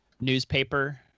newspaper